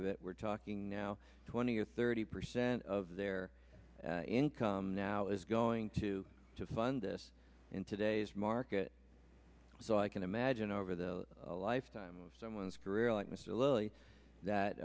of it we're talking now twenty or thirty percent of their income now is going to to fund this in today's market so i can imagine over the lifetime of someone's